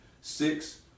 Six